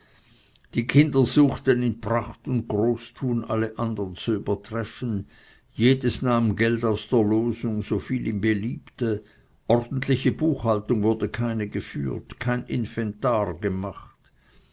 die kinder suchten in pracht und großtun alle andern zu übertreffen jedes nahm geld aus der losung so viel ihm beliebte ordentliche buchhaltung wurde keine geführt kein inventari gemacht